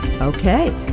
Okay